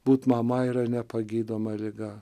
būt mama yra nepagydoma liga